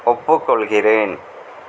ஒப்புக்கொள்கிறேன்